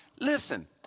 Listen